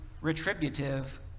retributive